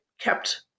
kept